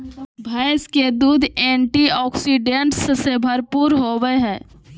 भैंस के दूध एंटीऑक्सीडेंट्स से भरपूर होबय हइ